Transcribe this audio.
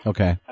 Okay